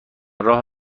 راه